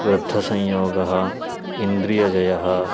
वृद्धसंयोगः इन्द्रियजयः